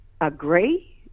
agree